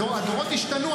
הדורות השתנו,